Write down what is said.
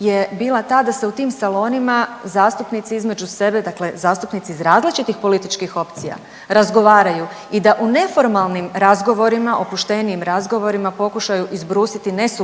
je bila ta da se u tim salonima zastupnici između sebe, dakle zastupnici iz različitih političkih opcija razgovaraju i da u neformalnim razgovorima, opuštenijim razgovorima pokušaju izbrusiti nesuglasice